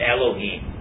Elohim